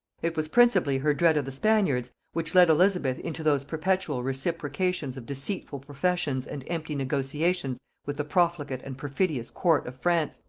it was principally her dread of the spaniards which led elizabeth into those perpetual reciprocations of deceitful professions and empty negotiations with the profligate and perfidious court of france,